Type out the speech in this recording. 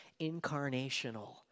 incarnational